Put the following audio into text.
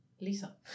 Lisa